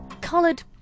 coloured